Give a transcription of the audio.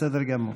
בסדר גמור.